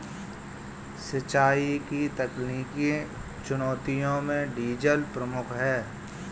सिंचाई की तकनीकी चुनौतियों में डीजल प्रमुख है